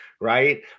Right